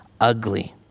Ugly